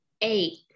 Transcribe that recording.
Eight